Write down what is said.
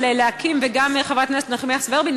וגם חברת הכנסת נחמיאס ורבין,